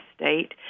state